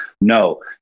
No